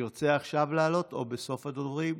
תרצה עכשיו לעלות או בסוף הדוברים?